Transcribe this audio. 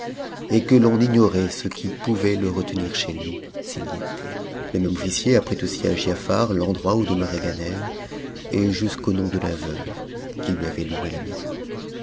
et que l'on ignorait ce qui pouvait le retenir chez lui s'il y était le même officier apprit aussi à giafar l'endroit où demeurait ganem et jusqu'au nom de la veuve qui lui avait loué la maison